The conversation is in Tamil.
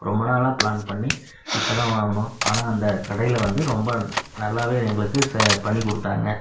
ரொம்ப நாளாக ப்ளான் பண்ணி இப்போதான் வாங்கினோம் ஆனால் அந்த கடையில் வந்து ரொம்ப நல்லாவே எங்களுக்கு ச பண்ணி கொடுத்தாங்க